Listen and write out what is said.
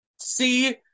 See